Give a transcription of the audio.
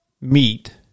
meat